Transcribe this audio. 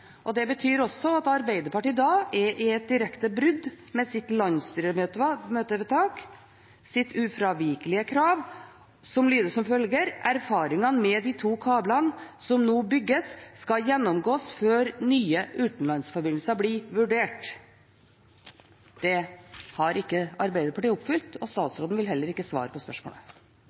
og det betyr også at Arbeiderpartiet er i et direkte brudd med sitt landsstyremøtevedtaks ufravikelige krav, som lyder: «erfaringene med de to kablene som nå bygges gjennomgås før nye utenlandsforbindelser kan vurderes.» Det har ikke Arbeiderpartiet oppfylt, og statsråden vil heller ikke svare på spørsmålet.